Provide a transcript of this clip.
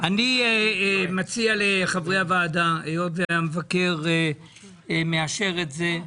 אני מציע לחברי הוועדה, היות והמבקר מאשר את זה,